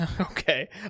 Okay